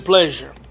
pleasure